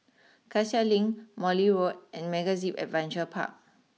Cassia Link Morley Road and MegaZip Adventure Park